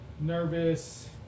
nervous